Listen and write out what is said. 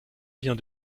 vient